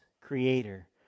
creator